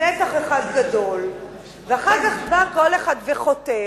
נתח אחד גדול ואחר כך בא כל אחד וחותך